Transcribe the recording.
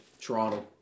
Toronto